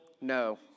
No